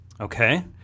Okay